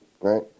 Right